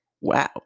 Wow